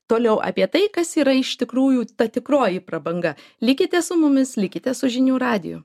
toliau apie tai kas yra iš tikrųjų ta tikroji prabanga likite su mumis likite su žinių radiju